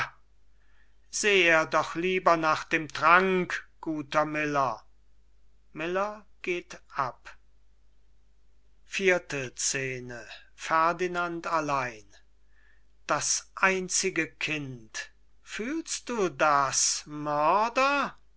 doch lieber nach dem trank guter miller miller ab vierte scene ferdinand allein das einzige kind fühlst du das